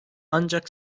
ancak